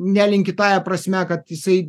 nelinki tąja prasme kad jisai